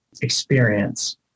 experience